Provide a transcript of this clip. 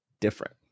different